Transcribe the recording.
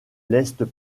l’est